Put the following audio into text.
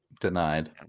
denied